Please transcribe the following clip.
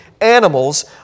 animals